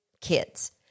kids